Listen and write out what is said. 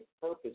purpose